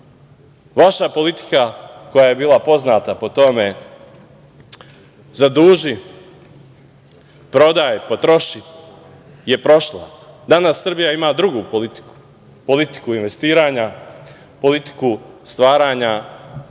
politika koja je bila poznata po tome - zaduži, prodaj, potroši, je prošlo. Danas Srbija ima drugu politiku - politiku investiranja, politiku stvaranja,